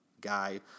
guy